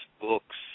books